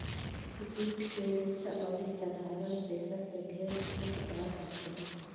जुट के रेसा अउरी साधारण रेसा से ढेर चमकदार होखेला